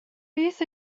beth